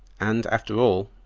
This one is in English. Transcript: and after all,